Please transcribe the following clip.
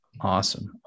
Awesome